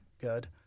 good